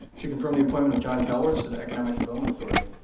to confirm the appointment of john kelwartz to the economic development authority.